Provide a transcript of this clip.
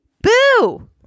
Boo